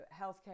healthcare